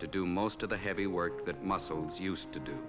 to do most of the heavy work that muscles used to do